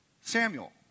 Samuel